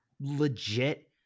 legit